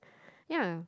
yeah